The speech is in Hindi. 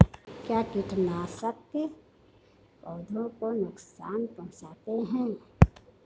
क्या कीटनाशक पौधों को नुकसान पहुँचाते हैं?